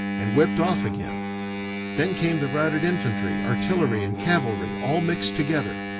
and whipped off again then came the routed infantry, artillery, and cavalry, all mixed together,